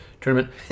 tournament